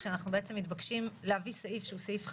כשאנחנו בעצם מתבקשים להביא סעיף שהוא סעיף חדש,